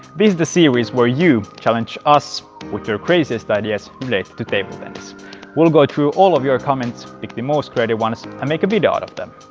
this is the series where you challenge us with your craziest ideas related to table tennis. we will go through all of your comments, pick the most creative ones and make a video out of them.